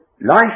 Life